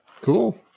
Cool